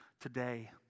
today